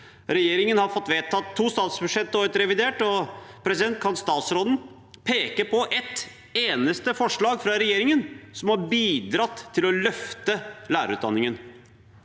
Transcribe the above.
Regjeringen har fått vedtatt to statsbudsjett og ett revidert. Kan statsråden peke på ett eneste forslag fra regjeringen som har bidratt til å løfte lærerutdanningen?